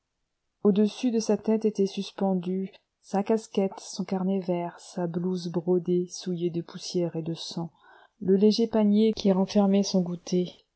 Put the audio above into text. au-dessus de sa tête étaient suspendus sa casquette son carnet vert sa blouse brodée souillée de poussière et de sang le léger panier qui renfermait son goûter